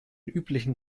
üblichen